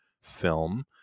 film